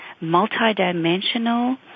multi-dimensional